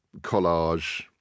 collage